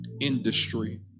industry